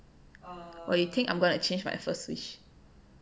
wait I think I'm gonna change my first switch